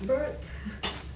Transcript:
bert